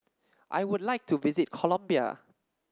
I would like to visit Colombia